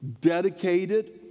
dedicated